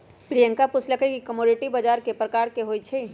प्रियंका पूछलई कि कमोडीटी बजार कै परकार के होई छई?